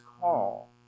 call